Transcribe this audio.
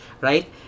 Right